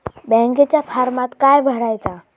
बँकेच्या फारमात काय भरायचा?